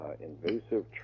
invasive